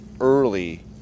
early